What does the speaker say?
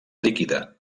líquida